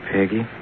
Peggy